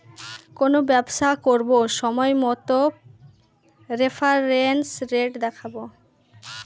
কোনো ব্যবসা করবো সময় মতো রেফারেন্স রেট দেখাবো